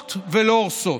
בונות ולא הורסות: